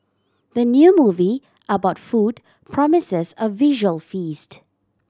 the new movie about food promises a visual feast